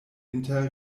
inter